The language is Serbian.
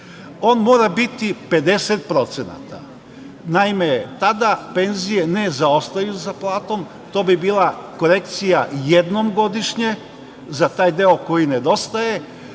On mora biti 50%. Naime, tada penzije ne zaostaju za platom. To bi bila korekcija jednom godišnje za taj deo koji nedostaje